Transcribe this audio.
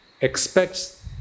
expects